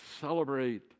celebrate